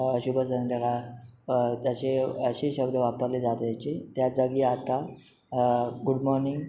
शुभ संध्याकाळ तसे असे शब्द वापरले जात यायचे त्याच जागी आता गुड मॉर्निंग